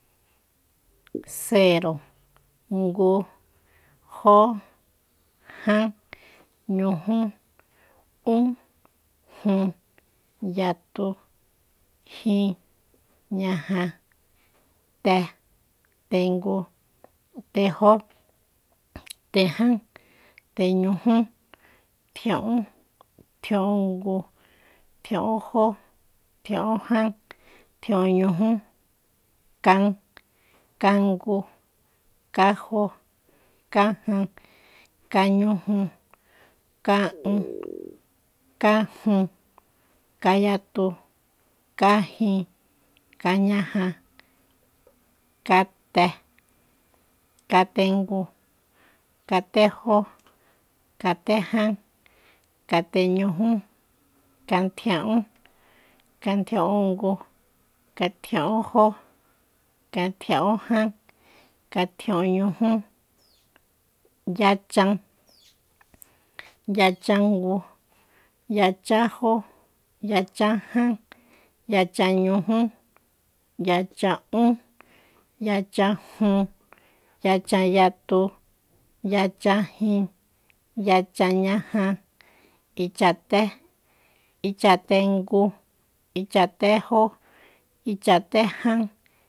Cero ngu jo jan ñujú ún jun yatu jin ñaja te tengu tejo tejan teñujú tjia'ún tjia'úngu tjia'únjó tjia'únjan tjia'únñujú kan kangu kanjo kajan kañuju ka'un kajun kanyatu kajin kañaja kate katengu katejó kateján kateñujú katjia'ún katjia'úngu katjia'únjó katjia'únjan katjia'úñujú yachan yachangu yachanjó yachajan yachanñujú yachan'ún yachanjun yachanyatu yachanñaja ichaté ichatengu ichatejó ichatejan